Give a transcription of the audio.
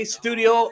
studio